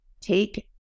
take